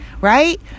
right